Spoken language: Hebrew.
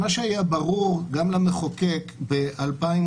מה שהיה ברור גם למחוקק ב-2019,